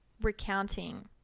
recounting